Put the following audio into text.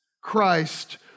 Christ